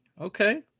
okay